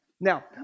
Now